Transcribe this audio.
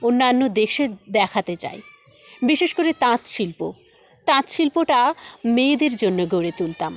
অন্যান্য দেশে দেখাতে চাই বিশেষ করে তাঁত শিল্প তাঁত শিল্পটা মেয়েদের জন্য গড়ে তুলতাম